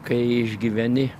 kai išgyveni